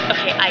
Okay